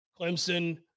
Clemson